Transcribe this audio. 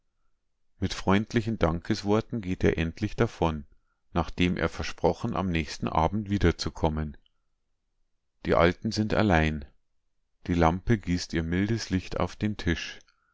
mit freundlichen dankesworten geht er endlich davon nachdem er versprochen am nächsten abend wiederzukommen die alten sind allein die lampe gießt ihr mildes licht auf den tisch